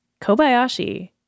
Kobayashi